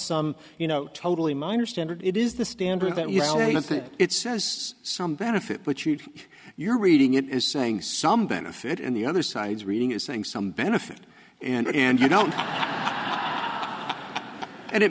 some you know totally minor standard it is the standard that you think it says some benefit but you you're reading it as saying some benefit and the other side's reading is saying some benefit and you don't and it